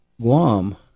Guam